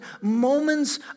moments